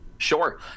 Sure